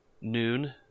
noon